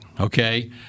okay